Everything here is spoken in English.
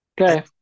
okay